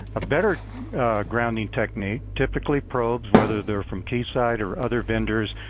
a better grounding technique, typically probes, whether they're from keysight or other vendors,